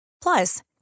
Plus